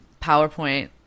PowerPoint